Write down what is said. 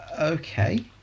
Okay